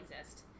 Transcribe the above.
exist